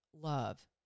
love